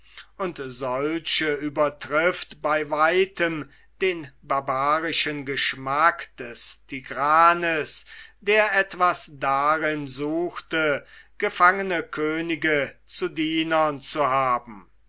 und solche übertrifft bei weitem den barbarischen geschmack des tigranes der etwas darin suchte gefangene könige zu dienern zu haben